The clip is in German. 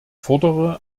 fordere